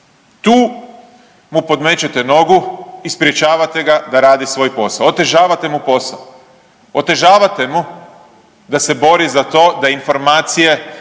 tu mu podmećete nogu i sprječavate ga da radi svoj posao, otežavate mu posao. Otežavate mu da se bori za to da informacije